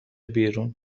بیرون